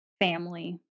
family